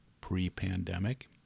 pre-pandemic